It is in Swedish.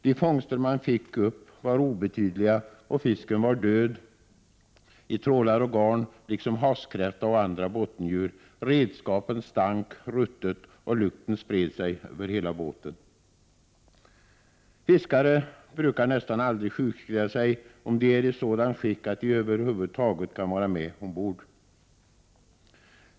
De fångster man fick upp var obetydliga och fisken var död i trålar och garn liksom havskräfta och andra bottendjur. Redskapen stank ruttet och lukten spred sig över hela båten. Fiskare brukar nästan aldrig sjukskriva sig om de är i sådant skick att de över huvud taget kan vara med ombord.